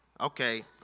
okay